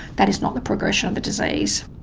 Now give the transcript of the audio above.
that is not the progression of the disease.